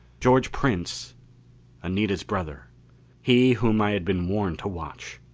george prince anita's brother he whom i had been warned to watch.